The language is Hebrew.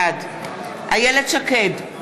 בעד איילת שקד,